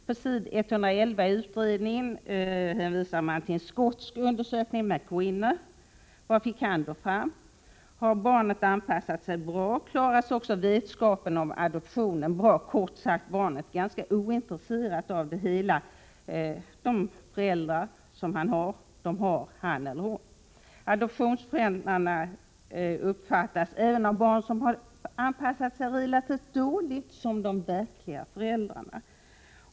På s. 111 i utredningens betänkande hänvisas till en skotsk undersökning av Mc Winner. Vad kom då denne fram till? Jo, har barnet anpassat sig bra, klaras också vetskapen om adoptionen bra. Kort sagt: barnet är ganska ointresserat av det hela — man har de föräldrar man har. Adoptionsföräldrarna uppfattas även av barn som anpassat sig relativt dåligt som de verkliga föräldrarna.